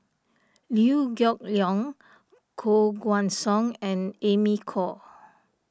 Liew Geok Leong Koh Guan Song and Amy Khor